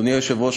אדוני היושב-ראש,